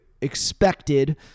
expected